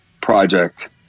project